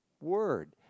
word